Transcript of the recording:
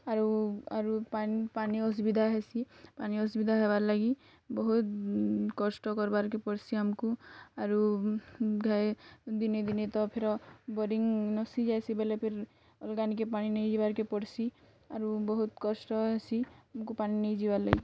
ଆରୁ ଆରୁ ପାନି ଅସୁବିଧା ହେସି ପାନି ଅସୁବିଧା ହେବାର୍ ଲାଗି ବହୁତ୍ କଷ୍ଟ କର୍ବାରକେ ପଡ଼୍ସି ଆମ୍କୁ ଆରୁ ଘାଏ ଦିନେଦିନେ ତ ଫେର ବୋରିଙ୍ଗ୍ ନସି ଯାଏସି ବୋଲି ଫିର୍ ଗାଁନିକେ ପାନି ନେଇଯିବାର୍କେ ପଡ଼୍ସି ଆରୁ ବହୁତ୍ କଷ୍ଟ ହେସି ଆମକୁ ପାନି ନେଇଯିବାର୍ ଲାଗି